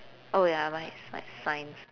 oh ya mine's like science